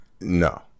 No